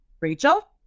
Rachel